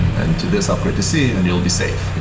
and to this upgrade to c, and you'll be safe.